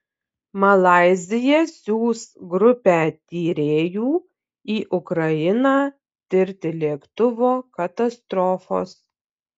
malaizija siųs grupę tyrėjų į ukrainą tirti lėktuvo katastrofos